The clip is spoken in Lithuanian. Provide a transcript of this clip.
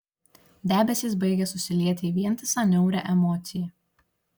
debesys baigė susilieti į vientisą niaurią emociją